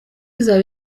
izaba